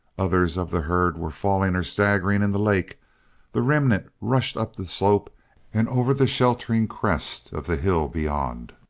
others of the herd were falling or staggering in the lake the remnant rushed up the slope and over the sheltering crest of the hill beyond.